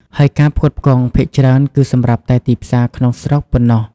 ហើយការផ្គត់ផ្គង់ភាគច្រើនគឺសម្រាប់តែទីផ្សារក្នុងស្រុកប៉ុណ្ណោះ។